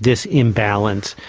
this imbalance,